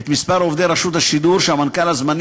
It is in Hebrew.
את מספר עובדי רשות השידור שהמנכ"ל הזמני